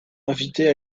invitées